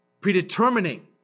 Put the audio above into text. predetermining